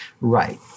Right